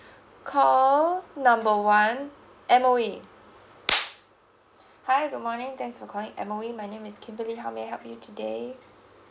call number one M_O_E hi good morning thanks for calling M_O_E my name is kimberly how may I help you today